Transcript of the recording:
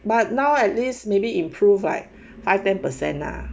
but now at least maybe improve like five ten percent lah